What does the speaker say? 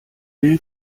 will